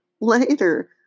later